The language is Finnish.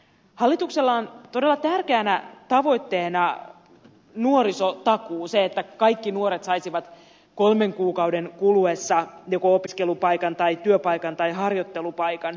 hallituksella on todella tärkeänä tavoitteena nuorisotakuu se että kaikki nuoret saisivat kolmen kuukauden kuluessa joko opiskelupaikan tai työpaikan tai harjoittelupaikan